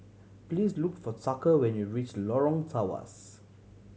please look for Tucker when you reach Lorong Tawas